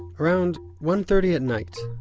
around one-thirty at night,